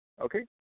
okay